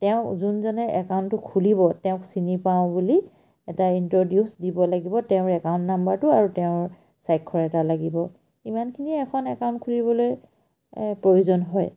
তেওঁ যোনজনে একাউণ্টটো খুলিব তেওঁক চিনি পাওঁ বুলি এটা ইণ্ট্ৰডিউচ দিব লাগিব তেওঁৰ একাউণ্ট নাম্বাৰটো আৰু তেওঁৰ স্বাক্ষৰ এটা লাগিব ইমানখিনিয়ে এখন একাউণ্ট খুলিবলৈ প্ৰয়োজন হয়